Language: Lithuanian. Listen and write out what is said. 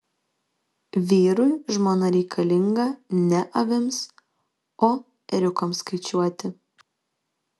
vyrui žmona reikalinga ne avims o ėriukams skaičiuoti